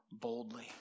boldly